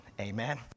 Amen